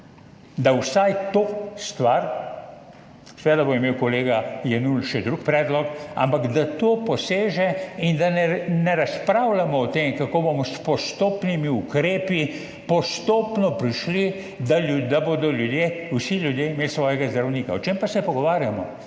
da vsaj to stvar, seveda bo imel kolega Jenull še drug predlog, ampak da v to poseže in da ne razpravljamo o tem, kako bomo s postopnimi ukrepi postopno prišli do tega, da bodo vsi ljudje imeli svojega zdravnika. O čem pa se pogovarjamo,